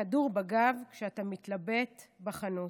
כדור בגב כשאתה מתלבט בחנות,